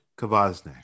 kavazne